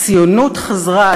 "הציונות חזרה".